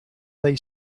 they